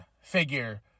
figure